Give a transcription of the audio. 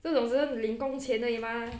这种只是领工钱而已 mah